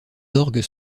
orgues